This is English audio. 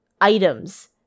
items